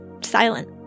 silent